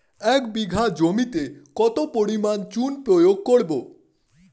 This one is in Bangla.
এক বিঘা জমিতে কত পরিমাণ চুন প্রয়োগ করব?